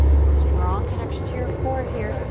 strong connection to your core here,